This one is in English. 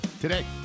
today